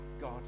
God